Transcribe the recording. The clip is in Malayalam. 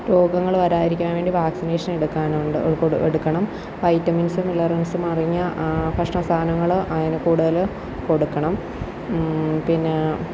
രോഗങ്ങൾ വരാതിരിക്കാൻ വേണ്ടി വാക്സിനേഷൻ എടുക്കാറുണ്ട് എടുക്കണം വൈറ്റമിൻസും മിനറൽസും അടങ്ങിയ ഭക്ഷണ സാധനങ്ങൾ അതിനു കൂടുതൽ കൊടുക്കണം പിന്നേ